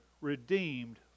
redeemed